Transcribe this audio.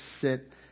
sit